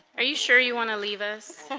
ah you sure you want to leave us